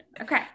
okay